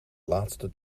laatste